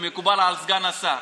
אם מקובל על סגן השר,